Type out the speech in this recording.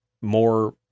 more